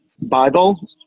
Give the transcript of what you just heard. Bible